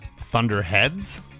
thunderheads